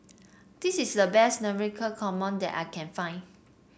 this is the best Navratan Korma that I can find